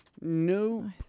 No